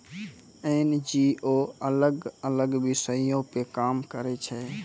NGO अलग अलग विषयो पे काम करै छै